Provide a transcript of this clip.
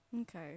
Okay